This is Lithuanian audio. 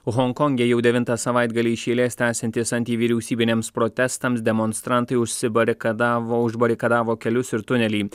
honkonge jau devintą savaitgalį iš eilės tęsiantis antivyriausybiniams protestam demonstrantai užsibarikadavo užbarikadavo kelius ir tunelį